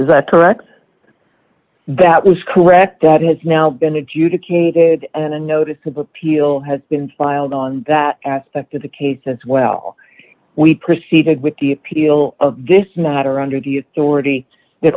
is that correct that was correct that has now been adjudicated and a notice of appeal has been filed on that aspect of the case as well we proceeded with the appeal of this matter under the authority that